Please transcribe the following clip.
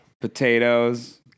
Potatoes